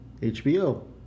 HBO